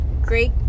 great